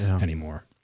anymore